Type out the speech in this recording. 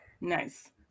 nice